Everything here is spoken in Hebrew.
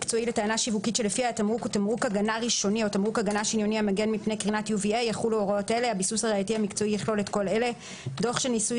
תמרוק המגן מפני קרינת UVA ו-UVB ושערך ה-SPF שלו הוא 30